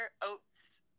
oats